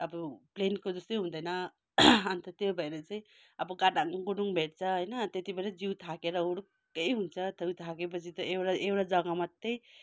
अब प्लेनको जस्तै हुँदैन अन्त त्यो भएर चाहिँ अब गाडाङ् गुडुङ् भेट्छ होइन त्यति बेलै जिउ थाकेर हुरुक्कै हुन्छ तब थाके पछि त एउटा एउटा जगा मात्रै